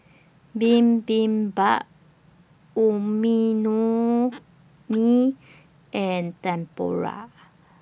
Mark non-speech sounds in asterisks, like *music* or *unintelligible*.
Bibimbap *unintelligible* and Tempura